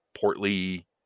portly